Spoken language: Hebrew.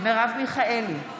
מרב מיכאלי,